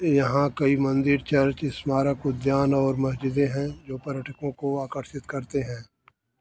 यहाँ कई मंदिर चर्च स्मारक उद्यान और मस्जिदें हैं जो पर्यटकों को आकर्षित करते हैं